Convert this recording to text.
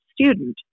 student